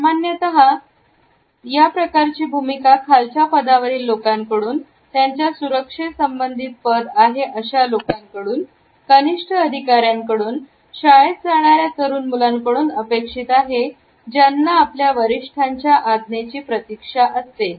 सामान्यतः प्रकारची भूमिका खालच्या पदावरील लोकांकडून त्यांचे सुरक्षे संबंधित पद आहे अशा लोकांकडूनकनिष्ठ अधिकाऱ्यांकडून शाळेत जाणार्या तरुण मुलांकडून अपेक्षित आहे त्यांना आपल्या वरिष्ठांच्या आज्ञा ची प्रतीक्षा असते